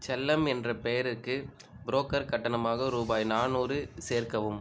செல்லம் என்ற பெயருக்கு புரோக்கர் கட்டணமாக ரூபாய் நானூறு சேர்க்கவும்